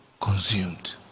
consumed